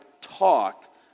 talk